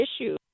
issue